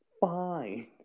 fine